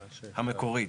המקורית.